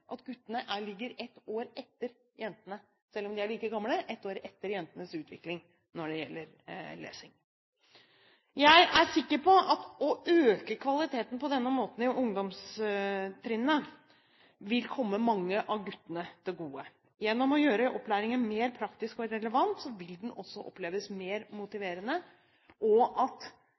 at guttene ligger ett år etter jentenes utvikling når det gjelder lesing, selv om de er like gamle. Jeg er sikker på at det å øke kvaliteten på denne måten i ungdomstrinnet vil komme mange av guttene til gode. Gjennom å gjøre opplæringen mer praktisk og relevant vil den også oppleves mer motiverende, og